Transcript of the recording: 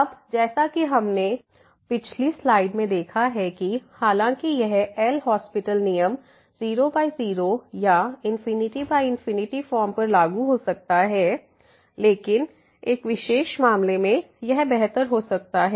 अब जैसा कि हमने पिछली स्लाइड में देखा है कि हालांकि यह एल हास्पिटल LHospital नियम 00 या ∞∞ फॉर्म पर लागू हो सकता है लेकिन एक विशेष मामले में यह बेहतर हो सकता है